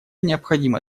необходимо